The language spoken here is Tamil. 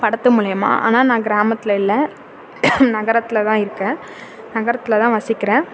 படத்து மூலிமா ஆனால் நான் கிராமத்தில் இல்லை நகரத்தில் தான் இருக்கேன் நகரத்தில் தான் வசிக்கிறேன்